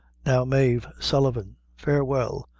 now, mave sullivan, farewell!